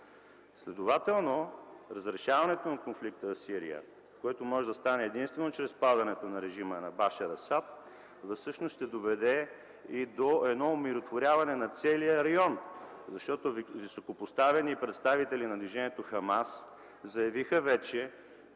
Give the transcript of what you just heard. Следователно, разрешаването на конфликта в Сирия, което може да стане единствено чрез падането на режима на Башар Асад, всъщност ще доведе до едно умиротворяване на целия район, защото високопоставени представители на движението „Хамас” заявиха вече,